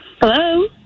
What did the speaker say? Hello